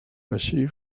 així